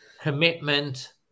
commitment